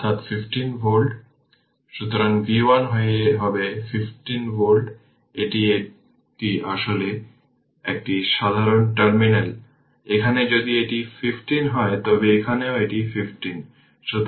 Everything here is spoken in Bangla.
অতএব 02 08 ইকুইভ্যালেন্ট রেজিস্টর হল 1 Ω এবং সেক্ষেত্রে সার্কিটের টাইম কনস্ট্যান্ট হবে τ LR